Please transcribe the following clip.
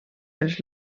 dels